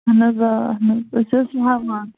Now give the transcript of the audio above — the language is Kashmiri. اَہَن حظ آ اَہن حظ أسۍ حظ چھِ وَوان